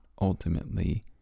ultimately